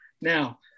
Now